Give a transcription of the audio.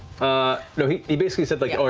ah no, he he basically said like,